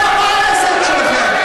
מה העסק שלכם?